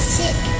sick